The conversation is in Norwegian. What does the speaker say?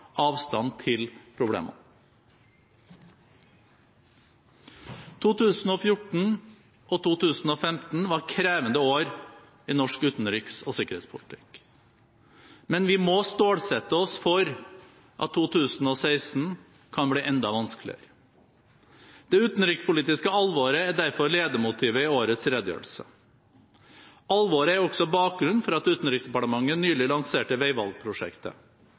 avstand til problemene. 2014 og 2015 var krevende år i norsk utenriks- og sikkerhetspolitikk. Men vi må stålsette oss for at 2016 kan bli enda vanskeligere. Det utenrikspolitiske alvoret er derfor ledemotivet i årets redegjørelse. Alvoret er også bakgrunnen for at Utenriksdepartementet nylig lanserte